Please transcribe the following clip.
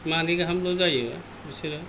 मानै गाहामल' जायो बिसोरो